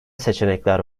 seçenekler